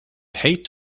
height